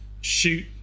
shoot